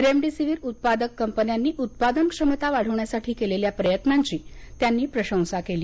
remdesivir उत्पादक कंपन्यांनी उत्पादन क्षमता वाढवण्यासाठी केलेल्या प्रयत्नांची त्यांनी प्रशंसा केली